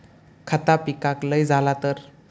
खता पिकाक लय झाला तर?